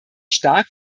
stark